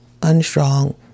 unstrong